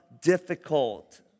difficult